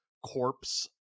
corpse